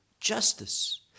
justice